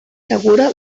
segura